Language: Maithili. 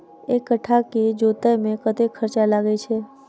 एक कट्ठा केँ जोतय मे कतेक खर्चा लागै छै?